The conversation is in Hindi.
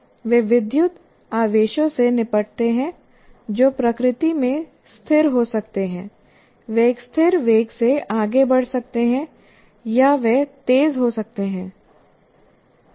वे विद्युत आवेशों से निपटते हैं जो प्रकृति में स्थिर हो सकते हैं वे एक स्थिर वेग से आगे बढ़ सकते हैं या वे तेज हो सकते हैं